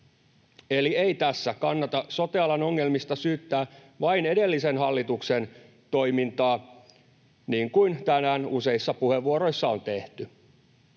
Eli ei tässä kannata sote-alan ongelmista syyttää vain edellisen hallituksen toimintaa, niin kuin tänään useissa puheenvuoroissa on tehty.